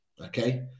Okay